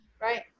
Right